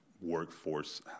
workforce